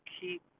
keep